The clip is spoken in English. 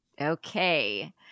Okay